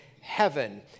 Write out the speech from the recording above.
heaven